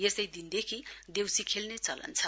यसै दिनदेखि देउसी खेल्ने चलन छ